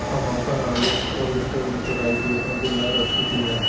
हम आपनआलू के कोल्ड स्टोरेज में कोराई के केतना दिन बाद रख साकिले?